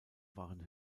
waren